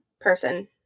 person